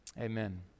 amen